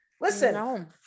Listen